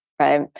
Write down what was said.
right